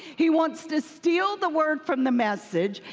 he wants to steal the word from the message.